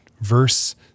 verse